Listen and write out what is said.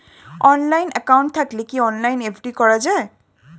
Online account থাকলে কি অনলাইনে এফ.ডি করা যায়?